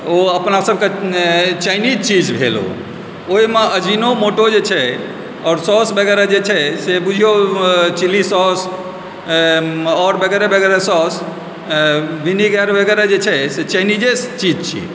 ओ अपनासभक चाइनीज चीज भेल ओ ओहिम अर्जिनोमोटो जे छै आओर सौस वगैरह जे छै से बुझिओ चिली सौस आओर वगैरह वगैरह सौस विनेगर वगैरह जे छै से चाइनीजे चीज छी